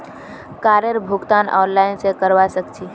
कारेर भुगतान ऑनलाइन स करवा सक छी